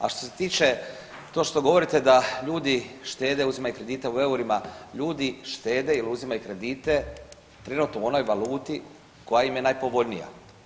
A što se tiče to što govorite da ljudi štete, uzimaju kredite u eurima, ljudi štete ili uzimaju kredite trenutno u onoj valuti koja im je najpovoljnija.